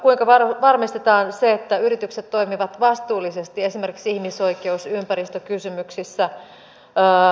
kuinka varmistetaan se että yritykset toimivat vastuullisesti esimerkiksi ihmisoikeus ja ympäristökysymyksissä